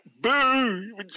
boo